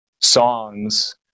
songs